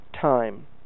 time